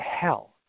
hell